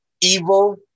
evil